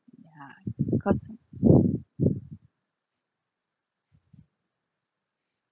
ya cause